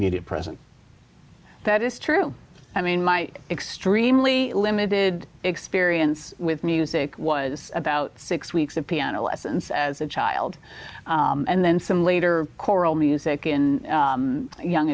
present that is true i mean my extremely limited experience with music was about six weeks of piano lessons as a child and then some later choral music in young